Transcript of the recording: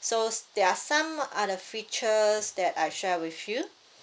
so there are some other features that I share with you